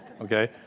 Okay